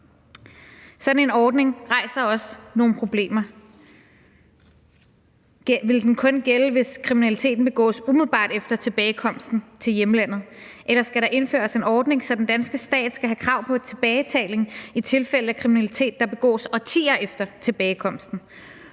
Sådan en ordning rejser også nogle problemer. Vil den kun gælde, hvis kriminaliteten begås umiddelbart efter tilbagekomsten til hjemlandet, eller skal der indføres en ordning, så den danske stat skal have krav på tilbagebetaling i tilfælde af kriminalitet, der begås årtier efter tilbagekomsten?